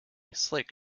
slick